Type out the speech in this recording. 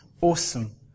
awesome